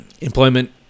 Employment